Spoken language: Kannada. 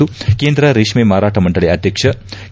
ಎಂದು ಕೇಂದ್ರ ರೇಷ್ಮೆ ಮಾರಾಟ ಮಂಡಳ ಅಧ್ಯಕ್ಷ ಕೆ